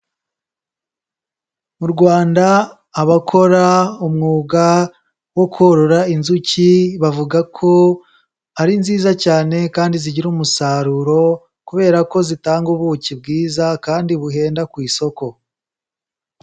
Mu Rwanda abakora umwuga wo korora inzuki, bavuga ko ari nziza cyane kandi zigira umusaruro kubera ko zitanga ubuki bwiza kandi buhenda ku isoko.